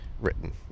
written